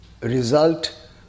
result